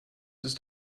ist